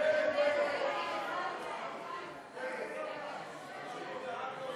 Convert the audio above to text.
להעביר לוועדה את הצעת חוק שמירת הסביבה החופית